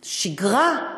שגרה,